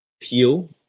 fuel